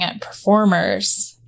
performers